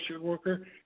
worker